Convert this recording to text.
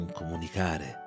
comunicare